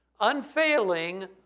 unfailing